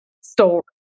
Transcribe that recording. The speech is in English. story